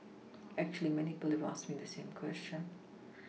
actually many people have asked me the same question